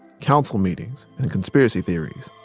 council meetings and conspiracy theories.